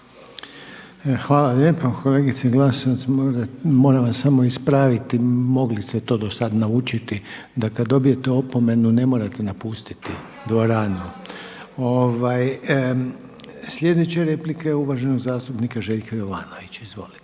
Hvala lijepo. Kolegice Glasovac moram vas samo ispraviti mogli ste to do sad naučiti da kad dobijete opomenu ne morate napustiti dvoranu. Sljedeća replika je uvaženog zastupnika Željka Jovanovića, izvolite.